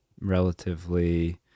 relatively